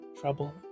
trouble